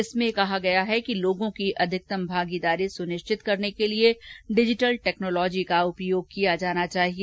इसमें कहा गया है कि लोगों की अधिकतम भागीदारी सुनिश्चित करने के लिए डिजिटल टैक्नोलोजी का उपयोग किया जाना चाहिए